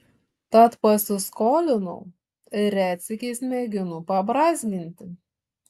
tad pasiskolinau ir retsykiais mėginu pabrązginti